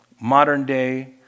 modern-day